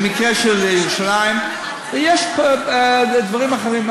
במקרה של ירושלים, ויש דברים אחרים.